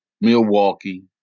Milwaukee